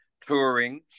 touring